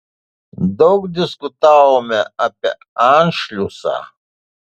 daug diskutavome apie anšliusą